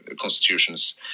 constitutions